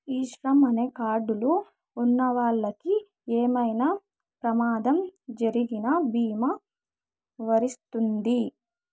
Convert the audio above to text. ఈ శ్రమ్ అనే కార్డ్ లు ఉన్నవాళ్ళకి ఏమైనా ప్రమాదం జరిగిన భీమా వర్తిస్తుంది